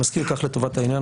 אני מזכיר כך לטובת העניין,